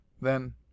Then—